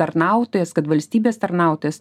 tarnautojas kad valstybės tarnautojas